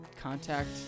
contact